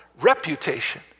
reputation